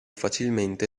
facilmente